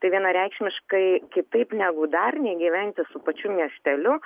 tai vienareikšmiškai kitaip negu darniai gyventi su pačiu miesteliu